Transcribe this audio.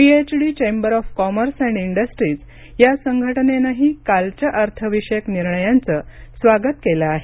PhD chamber of commerce आणि industry या संघटनेनंही कालच्या अर्थविषयक निर्णयांचं स्वागत केलं आहे